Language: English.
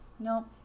No